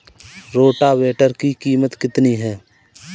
Rotavator की कीमत कितनी है?